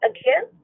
Again